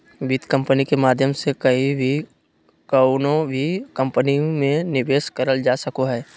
वित्त कम्पनी के माध्यम से कहीं भी कउनो भी कम्पनी मे निवेश करल जा सको हय